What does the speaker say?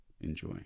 Enjoy